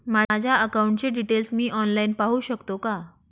माझ्या अकाउंटचे डिटेल्स मी ऑनलाईन पाहू शकतो का?